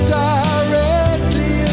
directly